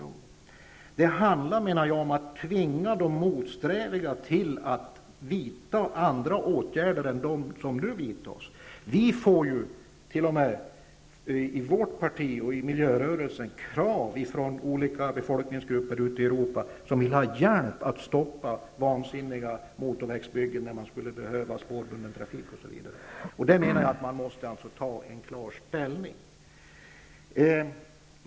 Det hela handlar om att tvinga de motsträviga till att vidta andra åtgärder än dem som nu vidtas. Till oss inom vårt parti och inom miljörörelsen framförs det krav från olika befolkningsgrupper ute i Europa, som vill ha hjälp att stoppa vansinniga motorvägsbyggen där det skulle behövas spårbunden trafik. Man måste alltså ta en klar ställning.